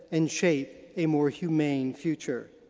and shape a more humane future.